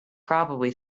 probably